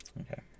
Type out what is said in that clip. Okay